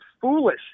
foolish